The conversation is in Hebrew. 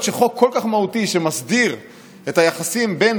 תוכנית המטרו היא תוכנית שמתייחסת בעיקר לגוש דן,